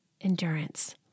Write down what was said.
endurance